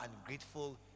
ungrateful